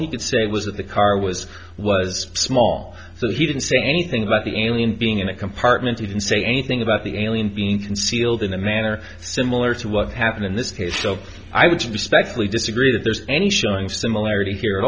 he could say was that the car was was small so he didn't say anything about the alien being in a compartment didn't say anything about the alien being concealed in a manner similar to what happened in this case so i would suspect we disagree that there's any showing of similarity here at